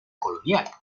colonial